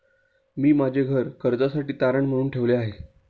मी माझे घर कर्जासाठी तारण म्हणून ठेवले आहे